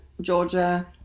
Georgia